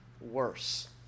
worse